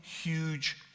huge